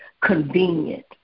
convenient